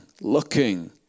looking